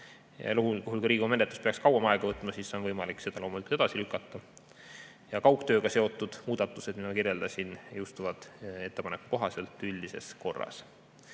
kui Riigikogu menetlus peaks kauem aega võtma, siis on võimalik seda loomulikult edasi lükata. Kaugtööga seotud muudatused, mida ma kirjeldasin, jõustuvad ettepaneku kohaselt üldises korras.